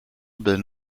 been